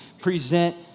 present